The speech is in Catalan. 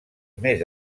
més